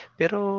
pero